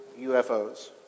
UFOs